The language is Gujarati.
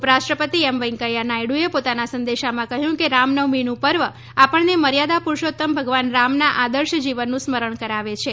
ઉપરાષ્ટ્રપતિ શ્રી એમ વેંકૈયા નાયડુએ પોતાના સંદેશાંમાં કહ્યું કે રામનવમીનું પર્વ આપણને મર્યાદા પુરૂષોત્તમ ભગવાન રામના આદર્શ જીવનનું સ્મરણ કરાવે છે